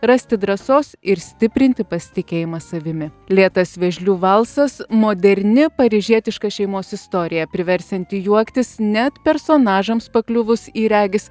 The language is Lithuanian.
rasti drąsos ir stiprinti pasitikėjimą savimi lėtas vėžlių valsas moderni paryžietiška šeimos istorija priversianti juoktis net personažams pakliuvus į regis